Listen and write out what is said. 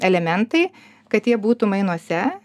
elementai kad jie būtų mainuose